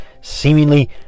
seemingly